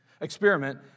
experiment